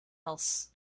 else